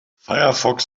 firefox